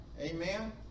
Amen